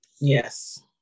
yes